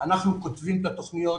אנחנו כותבים את התוכניות,